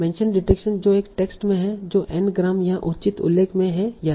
mention detection जो एक text में है जो n ग्राम यहाँ उचित उल्लेख में है या नहीं